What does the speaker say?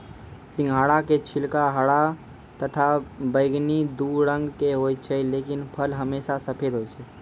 सिंघाड़ा के छिलका हरा तथा बैगनी दू रंग के होय छै लेकिन फल हमेशा सफेद होय छै